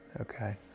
okay